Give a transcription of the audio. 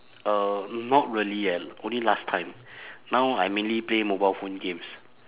uh not really eh only last time now I mainly play mobile phone games